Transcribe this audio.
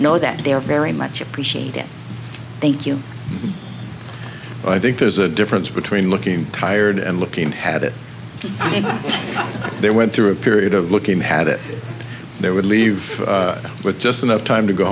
know that they're very much appreciate it thank you i think there's a difference between looking tired and looking at it i mean they went through a period of looking had it they would leave with just enough time to go